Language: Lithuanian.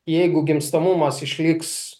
jeigu gimstamumas išliks